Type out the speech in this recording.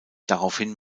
daraufhin